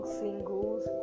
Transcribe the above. singles